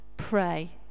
pray